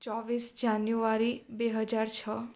ચોવીસ જાન્યુઆરી બે હજાર છ